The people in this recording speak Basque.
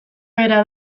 bera